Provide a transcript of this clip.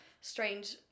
strange